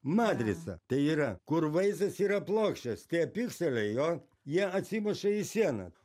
matrica tai yra kur vaizdas yra plokščias tie pikseliai jo jie atsimuša į sieną